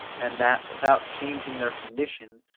and that, without changing their condition,